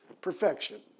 perfection